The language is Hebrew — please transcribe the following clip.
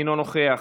אינו נוכח.